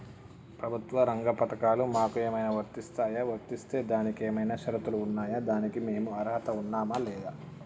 ప్రభుత్వ రంగ పథకాలు మాకు ఏమైనా వర్తిస్తాయా? వర్తిస్తే దానికి ఏమైనా షరతులు ఉన్నాయా? దానికి మేము అర్హత ఉన్నామా లేదా?